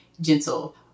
gentle